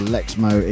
Lexmo